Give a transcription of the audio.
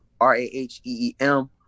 R-A-H-E-E-M